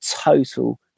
total